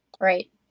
right